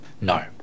No